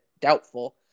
Doubtful